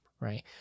right